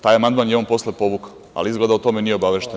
Taj amandman je on posle povukao, ali izgleda da o tome nije obavešten.